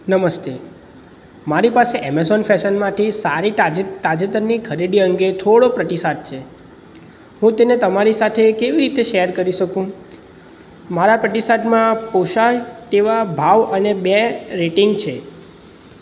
નમસ્તે મારી પાસે એમેઝોન ફેશનમાંથી સારી તાજેતરની ખરીદી અંગે થોડો પ્રતિસાદ છે હું તેને તમારી સાથે એ કેવી રીતે શેર કરી શકું મારા પ્રતિસાદમાં પોસાય તેવા ભાવ અને બે રેટિંગ છે